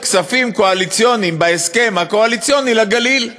כספים קואליציוניים בהסכם הקואליציוני לגליל.